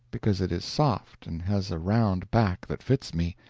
because it is soft and has a round back that fits me,